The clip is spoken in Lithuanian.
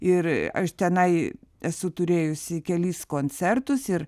ir aš tenai esu turėjusi kelis koncertus ir